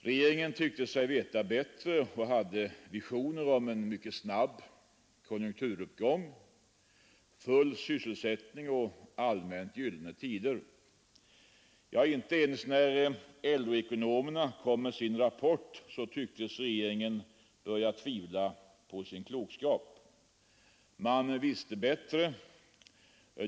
Regeringen tyckte sig veta bättre och hade visioner om en mycket snabb konjunkturuppgång, full sysselsättning och allmänt gyllene tider. Ja, inte ens när LO-ekonomerna kom med sin rapport tycktes regeringen börja tvivla på sin klokskap. Man visste bättre.